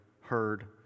heard